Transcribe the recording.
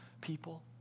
people